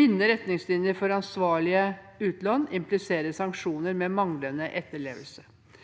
Bindende retningslinjer for ansvarlige utlån impliserer sanksjoner ved manglende etterlevelse.